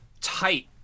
tight